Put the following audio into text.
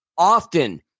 Often